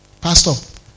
Pastor